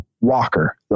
Walker